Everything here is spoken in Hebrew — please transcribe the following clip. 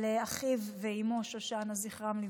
על אחיו ואימו שושנה, זכרם לברכה.